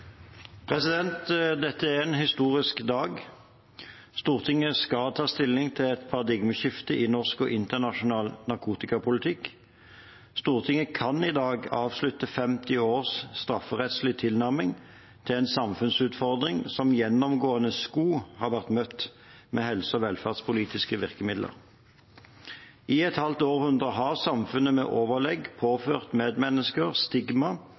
en historisk dag. Stortinget skal ta stilling til et paradigmeskifte i norsk og internasjonal narkotikapolitikk. Stortinget kan i dag avslutte 50 års strafferettslig tilnærming til en samfunnsutfordring som gjennomgående skulle vært møtt med helse- og velferdspolitiske virkemidler. I et halvt århundre har samfunnet med overlegg påført medmennesker stigma